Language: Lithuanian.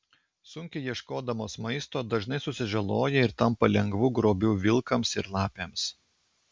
sunkiai ieškodamos maisto dažnai susižaloja ir tampa lengvu grobiu vilkams ir lapėms